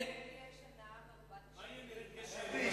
מה יהיה בשנה מרובת גשמים?